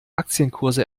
aktienkurse